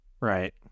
right